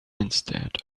instead